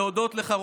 בלהודות לך,